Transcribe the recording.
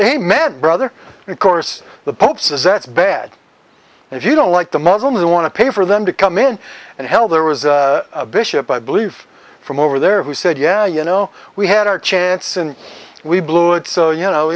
amen brother and of course the pope says that's bad if you don't like the muslims who want to pay for them to come in and hell there was a bishop i believe from over there who said yeah you know we had our chance and we blew it so you know